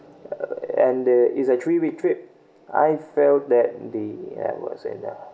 uh and that is a three week trip I felt that the uh what's that ah